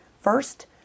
First